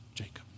Jacob